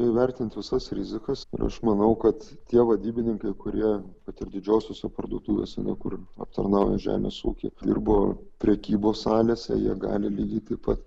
įvertint visas rizikas ir aš manau kad tie vadybininkai kurie kad ir didžiosiose parduotuvėse ne kur aptarnauja žemės ūkį dirba prekybos salėse jie gali lygiai taip pat